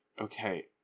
Okay